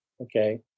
okay